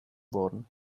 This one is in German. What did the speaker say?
worden